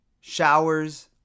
showers